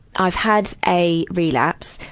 i've had a relapse,